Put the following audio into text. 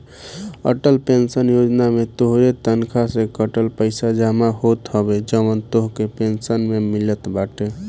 Atal pension Yojana में तोहरे तनखा से कटल पईसा जमा होत हवे जवन तोहके पेंशन में मिलत बाटे